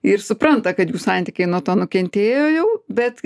ir supranta kad jų santykiai nuo to nukentėjo jau bet